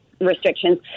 restrictions